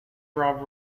rob